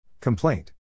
Complaint